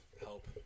help